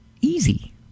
easy